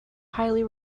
highly